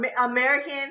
American